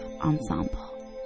ensemble